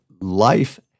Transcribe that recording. life